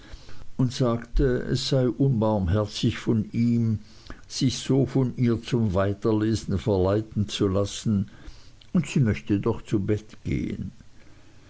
und sagte es sei unbarmherzig von ihm sich so von ihr zum weiterlesen verleiten zu lassen und sie möchte doch zu bett gehen